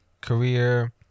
career